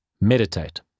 meditate